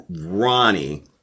Ronnie